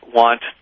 want